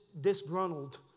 disgruntled